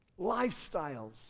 Lifestyles